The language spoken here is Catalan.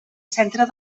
centre